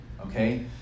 Okay